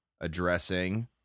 addressing